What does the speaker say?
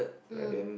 mm